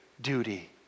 duty